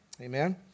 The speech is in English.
Amen